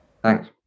thanks